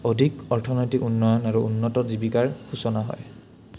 অধিক অৰ্থনৈতিক উন্নয়ন আৰু উন্নত জীৱিকাৰ সূচনা হয়